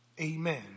amen